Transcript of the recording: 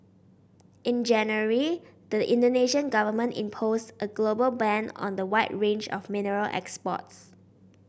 in January the Indonesian Government imposed a global ban on the wide range of mineral exports